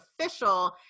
official